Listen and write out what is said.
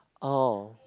oh